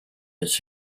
its